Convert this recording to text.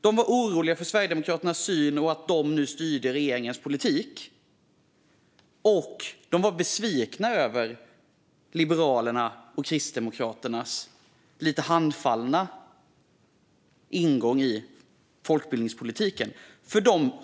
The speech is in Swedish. De var oroliga för Sverigedemokraternas syn på frågan och att de nu styr regeringens politik, och de var besvikna över Liberalernas och Kristdemokraternas lite handfallna ingång i folkbildningspolitiken.